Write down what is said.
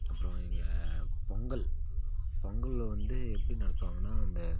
அப்புறம் இங்கே பொங்கல் பொங்கல்ல வந்து எப்படி நடத்துவாங்கன்னால் இந்த